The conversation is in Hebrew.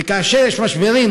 וכאשר יש משברים,